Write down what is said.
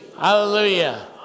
Hallelujah